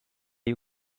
you